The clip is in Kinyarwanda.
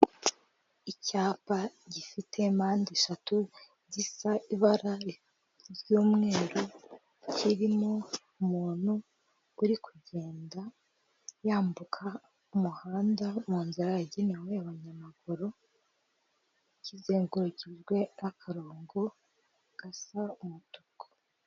Icyapa gifite mpande eshatu zisa ibara ry'umweru, kirimo umuntu uri kugenda yambuka umuhanda mu nzira yagenewe abanyamaguru, kizengurukijwe n'akarongo gasa umutuku.